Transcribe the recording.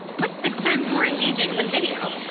six times more engaging than video?